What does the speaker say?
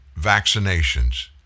vaccinations